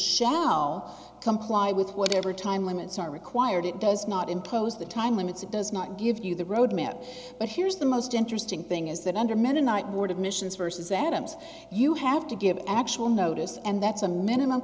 now comply with whatever time limits are required it does not impose the time limits it does not give you the roadmap but here's the most interesting thing is that under mennonite ward admissions versus adams you have to give actual notice and that's a minimum